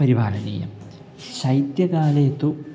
परिपालनीयं शैत्यकाले तु